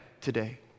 today